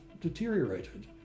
deteriorated